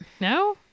No